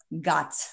gut